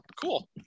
cool